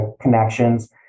connections